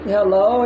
Hello